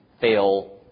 fail